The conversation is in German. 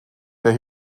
der